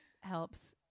helps